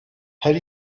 her